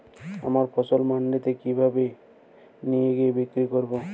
আমার ফসল মান্ডিতে কিভাবে নিয়ে গিয়ে বিক্রি করব?